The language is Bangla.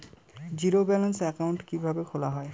জিরো ব্যালেন্স একাউন্ট কিভাবে খোলা হয়?